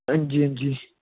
हंजी हंजी